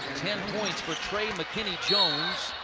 ten points for trey mckinney jones.